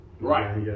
Right